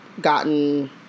gotten